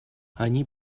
они